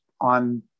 on